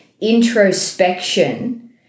introspection